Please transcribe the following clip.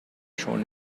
schon